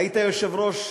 היית יושב-ראש,